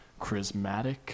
charismatic